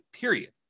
period